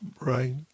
Right